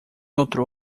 outro